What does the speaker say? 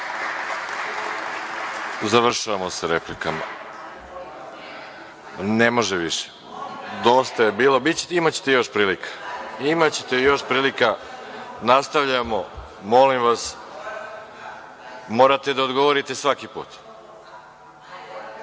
moram da vam kažem.)Ne može više. Dosta je bilo, imaćete još prilika. Imaćete još prilika. Nastavljamo, molim vas. Morate li da odgovorite svaki